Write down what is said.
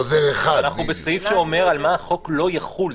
אנחנו בסעיף שאומר על מה החוק לא יחול.